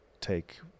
take